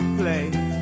play